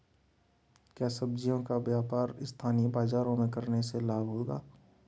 क्या सब्ज़ियों का व्यापार स्थानीय बाज़ारों में करने से लाभ होगा?